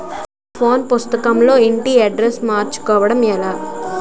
నా పాస్ పుస్తకం లో ఇంటి అడ్రెస్స్ మార్చుకోవటం ఎలా?